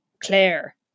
Claire